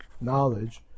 knowledge